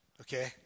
okay